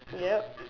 yeap